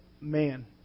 man